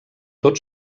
tot